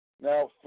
Now